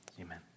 amen